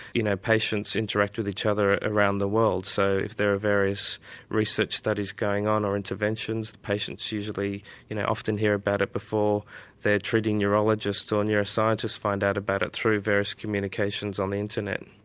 you know patients interact with each other around the world so if there are various research studies going on or interventions the patients usually you know often hear about it before their treating neurologist or neuroscientists find out about it through various communications on the internet.